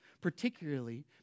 Particularly